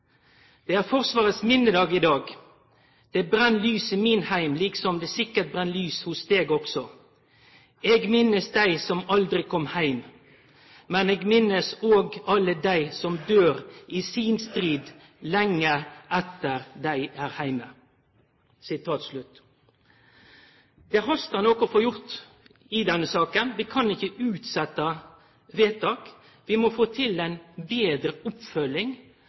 Det er Forsvarets Minnedag i dag. Det brenn lys i min heim, likså det sikkert brenn lys også hos deg. Eg minnest dei som aldri kom heim, men eg minnest og alle dei som dør i sin strid lenge etter dei er heime.» Det hastar med å få gjort noko i denne saka. Vi kan ikkje utsetje vedtak, vi må få til ei betre oppfølging